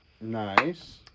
Nice